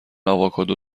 آووکادو